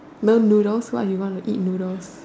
no noodles why you want to eat noodles